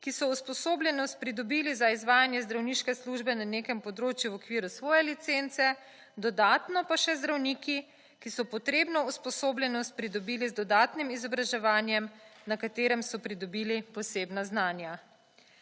ki so usposobljenost pridobili za izvajanje zdravniške službe na nekem področju v okviru svoje licence dodatno pa še zdravniki, ki so potrebno usposobljenost pridobili z dodatnim izobraževanjem, na katerem so pridobili posebna znanja.